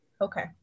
Okay